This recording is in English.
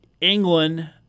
England